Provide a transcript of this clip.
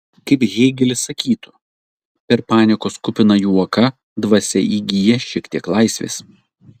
kaip hėgelis sakytų per paniekos kupiną juoką dvasia įgyja šiek tiek laisvės